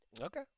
Okay